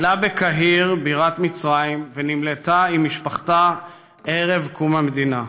גדלה בקהיר בירת מצרים ונמלטה עם משפחתה ערב קום המדינה.